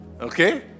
Okay